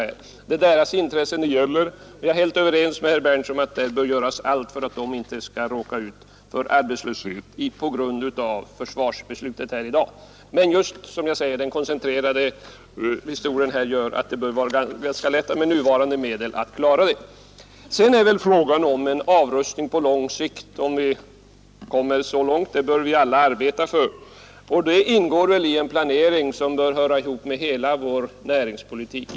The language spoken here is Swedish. Det är dessa människors intressen det gäller, och jag är överens med herr Berndtson om att vi bör göra allt för att de inte skall råka ut för arbetslöshet på grund av dagens beslut. Men koncentrationen bör som sagt göra det ganska lätt att med nuvarande medel klara denna sak. Vi bör alla arbeta för en avrustning på lång sikt. Vid planeringen härför ingår givetvis åtgärder inom vår näringspolitik.